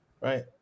Right